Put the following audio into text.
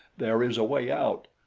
there is a way out.